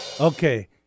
Okay